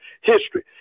history